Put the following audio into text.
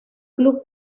club